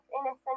innocent